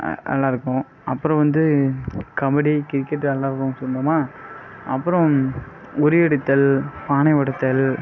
நல்லாயிருக்கும் அப்புறம் வந்து கபடி கிரிக்கெட் விளாடுவோம் சொன்னோமா அப்புறம் உறியடித்தல் பானை உடைத்தல்